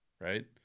right